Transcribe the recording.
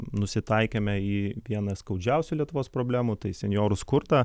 nusitaikėme į vieną skaudžiausių lietuvos problemų tai senjorų skurdą